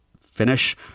finish